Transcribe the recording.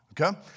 okay